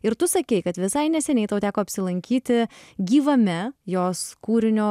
ir tu sakei kad visai neseniai tau teko apsilankyti gyvame jos kūrinio